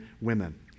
women